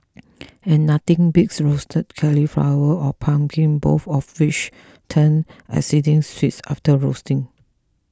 and nothing beats roasted cauliflower or pumpkin both of which turn exceedingly sweets after roasting